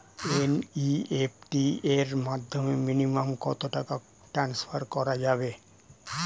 NEFT এর মাধ্যমে minimum কত টাকা টান্সফার করা যাবে?